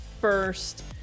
first